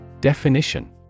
Definition